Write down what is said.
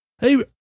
Hey